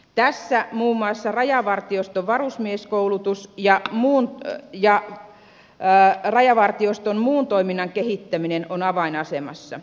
tässä muun muassa rajavartioston varusmieskoulutus ja rajavartioston muun toiminnan kehittäminen on avainasemassa